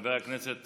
חבר הכנסת